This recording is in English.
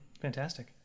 Fantastic